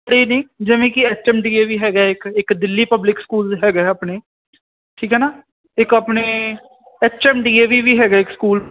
ਪ੍ਰੀਤ ਜੀ ਜਿਵੇਂ ਕਿ ਐਚਐਮਡੀਏ ਵੀ ਹੈਗਾ ਇੱਕ ਇੱਕ ਦਿੱਲੀ ਪਬਲਿਕ ਸਕੂਲ ਹੈਗਾ ਆਪਣੇ ਠੀਕ ਹੈ ਨਾ ਇੱਕ ਆਪਣੇ ਐਚਐਮਡੀਏ ਵੀ ਹੈਗਾ ਸਕੂਲ